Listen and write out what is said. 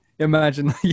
Imagine